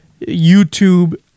YouTube